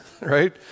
right